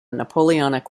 napoleonic